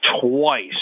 twice